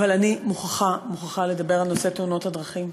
אבל אני מוכרחה לדבר על נושא תאונות הדרכים.